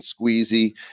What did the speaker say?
squeezy